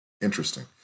Interesting